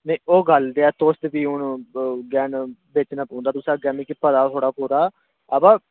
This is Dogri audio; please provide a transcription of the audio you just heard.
निं ओह् गल्ल ते है तुस ते भी हून अग्गें बेचना पौंदा तुसें अग्गें मिगी पता ऐ थुआढ़ा पूरा अबा